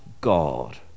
God